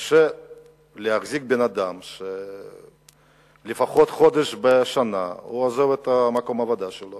קשה להחזיק בן-אדם שלפחות חודש בשנה עוזב את מקום העבודה שלו